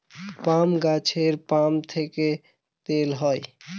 পাম গাছের পাম ফল থেকে তেল পাই